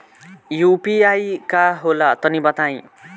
इ यू.पी.आई का होला तनि बताईं?